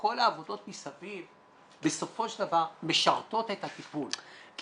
כל העבודות מסביב בסופו של דבר משרתות את הטיפול,